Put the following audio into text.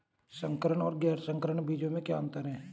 संकर और गैर संकर बीजों में क्या अंतर है?